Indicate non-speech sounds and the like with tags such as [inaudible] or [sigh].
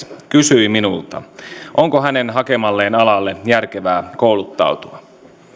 [unintelligible] kysyi minulta onko hänen hakemalleen alalle järkevää kouluttautua